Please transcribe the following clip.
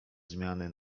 zmiany